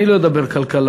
אני לא אדבר כלכלה.